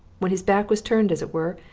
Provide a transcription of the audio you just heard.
when his back was turned as it were,